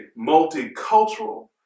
multicultural